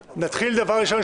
תשתכנע.